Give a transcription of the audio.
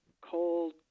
cold